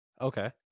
Okay